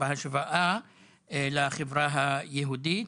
בהשוואה לחברה היהודית.